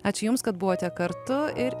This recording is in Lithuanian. aš jums kad buvote kartu ir